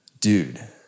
dude